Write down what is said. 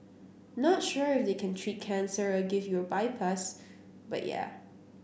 not sure if they can treat cancer or give you a bypass but yeah